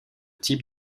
type